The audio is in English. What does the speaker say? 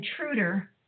intruder